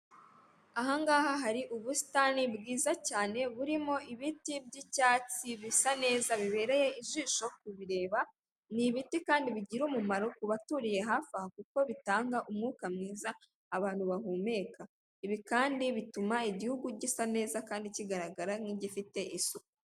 Ahangaha hari ubusitani bwiza cyane burimo ibiti by'icyatsi bisa neza bibereye ijisho kubireba, ni ibiti kandi bigira umumaro ku baturiye hafi aha kuko bitanga umwuka mwiza abantu bahumeka. Ibi kandi bituma igihugu gisa neza kandi kigaragara nk'igifite isuku.